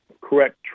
correct